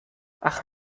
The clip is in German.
ach